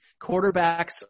quarterbacks